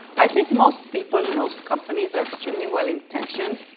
i think most people in most companies are extremely well intentioned.